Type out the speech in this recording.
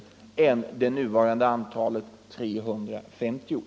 22 oktober 1975